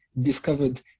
discovered